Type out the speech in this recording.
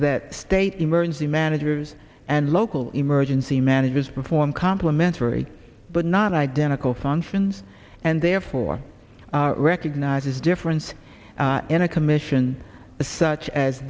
that state emergency managers and local emergency managers perform complimentary but not identical functions and therefore recognizes difference in a commission such as